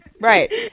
Right